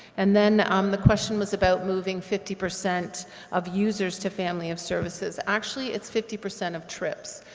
and then um the question was about moving fifty percent of users to family of services, actually it's fifty percent of trips.